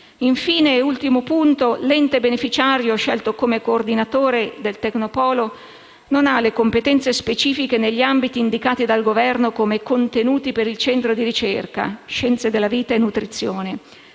Infine, l'ente beneficiario scelto come coordinatore del Tecnopolo non ha le competenze specifiche negli ambiti indicati dal Governo come contenuti per il centro di ricerca, scienze della vita e nutrizione.